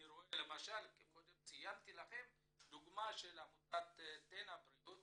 אני רואה למשל, קודם ציינתי את עמותת טנא בריאות